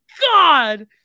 god